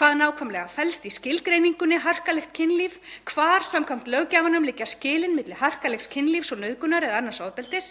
Hvað nákvæmlega felst í skilgreiningunni harkalegt kynlíf? Hvar, samkvæmt löggjafanum, liggja skilin milli harkalegs kynlífs og nauðgunar eða annars ofbeldis?